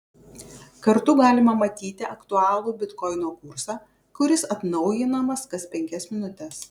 kartu galima matyti aktualų bitkoino kursą kuris atnaujinamas kas penkias minutes